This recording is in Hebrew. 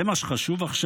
זה מה שחשוב עכשיו?